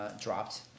dropped